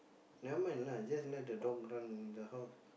never mind lah just let the dog run in the house